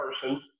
person